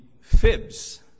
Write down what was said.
fibs